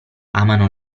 amano